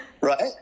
right